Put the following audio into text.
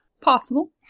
possible